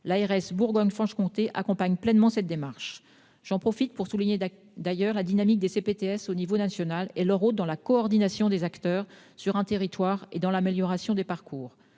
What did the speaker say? L'ARS de Bourgogne-Franche-Comté accompagne pleinement cette démarche. J'en profite pour souligner le dynamisme des CPTS au niveau national et leur rôle dans la coordination des acteurs sur les territoires et dans l'amélioration des parcours.